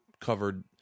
covered